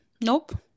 nope